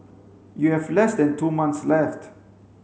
you have less than two months left